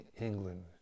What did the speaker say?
England